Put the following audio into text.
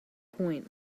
point